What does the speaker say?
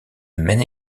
maine